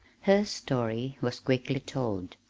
his story was quickly told.